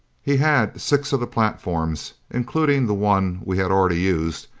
he had six of the platforms, including the one we had already used,